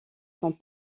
sont